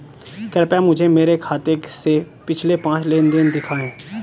कृपया मुझे मेरे खाते से पिछले पांच लेनदेन दिखाएं